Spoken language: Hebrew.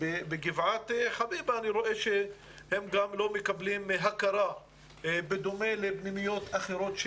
בגבעת חביבה אני רואה שהם לא מקבלים הכרה בדומה לפנימיות אחרות,